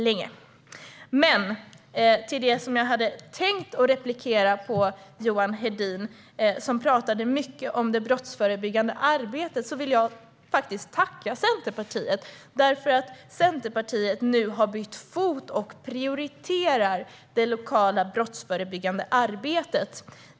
Men över till det som jag hade tänkt säga i min replik på Johan Hedin, som pratade mycket om det brottsförebyggande arbetet: Jag vill tacka Centerpartiet, som nu har bytt fot och prioriterar det lokala brottsförebyggande arbetet.